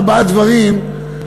ארבעה דברים,